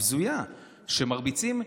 הבזויה, שמרביצים,